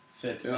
fit